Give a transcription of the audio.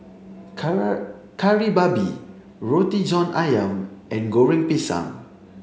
Kari Babi Roti John Ayam and goreng pisang